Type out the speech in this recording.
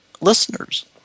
listeners